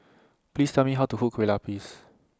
Please Tell Me How to Cook Kueh Lupis